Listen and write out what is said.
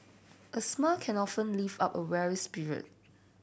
a smile can often lift up a weary spirit